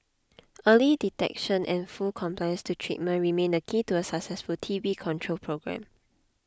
early detection and full compliance to treatment remain the key to a successful T B control programme